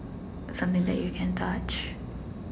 something that you can touch